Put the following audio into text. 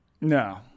no